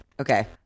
Okay